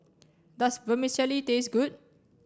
does Vermicelli taste good